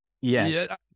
Yes